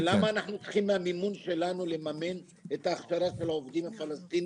ולמה אנחנו צריכים לממן מהמימון שלנו את ההכשרה של העובדים הפלסטינים,